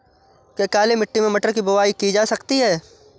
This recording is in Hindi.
क्या काली मिट्टी में मटर की बुआई की जा सकती है?